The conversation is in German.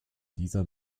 dieser